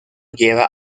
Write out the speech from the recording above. lleva